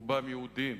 רובם יהודים,